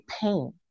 pain